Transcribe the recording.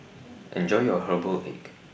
Enjoy your Herbal Egg